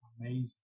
amazing